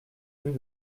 rue